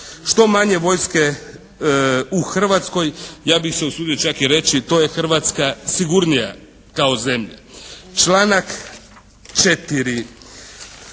Što manje vojske u Hrvatskoj. Ja bih se usudio čak i reći to je Hrvatska sigurnija kao zemlja. Članak 4.